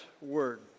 word